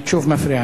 את שוב מפריעה.